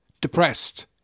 depressed